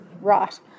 Right